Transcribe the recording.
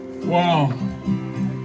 Wow